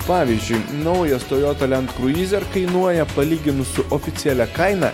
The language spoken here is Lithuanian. pavyzdžiui naujas toyota land cruiser kainuoja palyginus su oficialia kaina